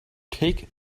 take